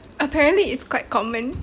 apparently it's quite common